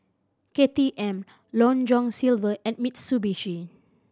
K T M Long John Silver and Mitsubishi